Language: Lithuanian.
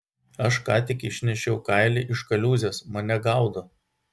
aš ką tik išnešiau kailį iš kaliūzės mane gaudo